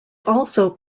also